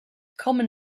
common